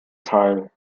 teil